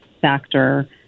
factor